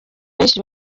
benshi